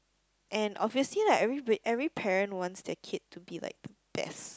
and obviously like everybody every parent wants their kid to be like the best